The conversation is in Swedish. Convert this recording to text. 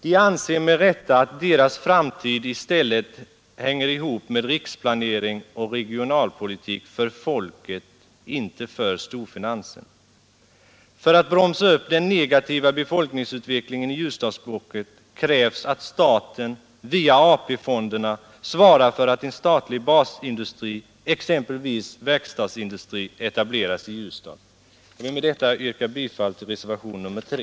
De anser med rätta att deras framtid i stället hänger ihop med riksplanering och regionalpolitik för folket — inte för storfinansen. För att bromsa upp den negativa befolkningsutvecklingen i Ljusdalsblocket krävs att staten via AP-fonderna svarar för att en statlig basindustri, exempelvis verkstadsindustri, etableras i Ljusdal. Jag vill med detta yrka bifall till reservationen 3.